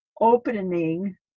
opening